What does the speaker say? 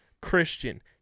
Christian